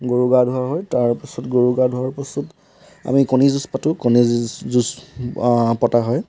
গৰু গা ধুওৱা হয় তাৰ পিছত গৰু গা ধোৱাৰ পিছত আমি কণী যুঁজ পাতোঁ কণী যুঁজ যুঁজ পতা হয়